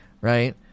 right